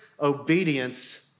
obedience